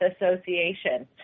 Association